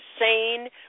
insane